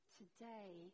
today